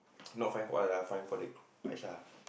not find for us ah find for the Aisyah